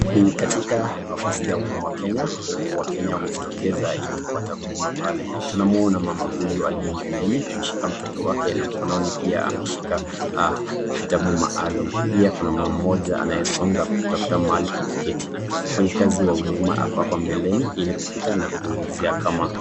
Ni katika ofisi za Huduma Kenya Wakenya wamejitokeza ili kupata huduma pale, tunamwona mama huyu aliye mbeleni ameshika mtoto wake na mkononi pia ameshika vitabu maalum, pia kuna mama mmoja anayesonga kutafuta mahali pa kuketi. Mfanyikazi wa huduma ako hapa mbeleni ili kupita na kuulizia kama